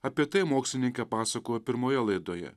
apie tai mokslininkė pasakojo pirmoje laidoje